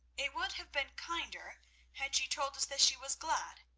it would have been kinder had she told us that she was glad,